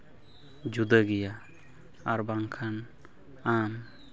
ᱡᱩᱫᱟᱹ ᱜᱮᱭᱟ ᱟᱨ ᱵᱟᱝᱠᱷᱟᱱ ᱟᱢ